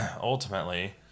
ultimately